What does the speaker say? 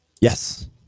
yes